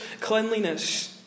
cleanliness